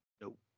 Nope